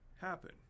happen